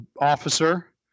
officer